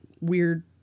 weird